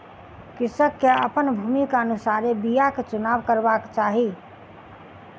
कृषक के अपन भूमिक अनुसारे बीयाक चुनाव करबाक चाही